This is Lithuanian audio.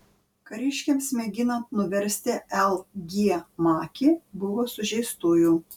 kariškiams mėginant nuversti l g makį buvo sužeistųjų